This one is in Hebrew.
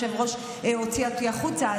היושב-ראש הוציא אותי החוצה.